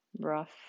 rough